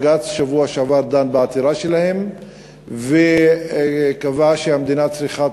בג"ץ דן בעתירה שלהם בשבוע שעבר וקבע שהמדינה צריכה